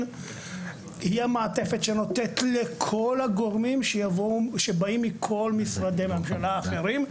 היא המעטפת שנותנת לכל הגורמים שבאים מכל משרדי הממשלה האחרים.